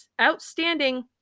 outstanding